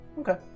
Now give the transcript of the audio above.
okay